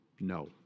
no